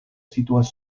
situas